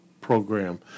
program